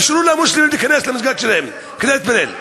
במיוחד ברמדאן תאפשרו למוסלמים להיכנס למסגד שלהם כדי להתפלל,